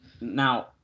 Now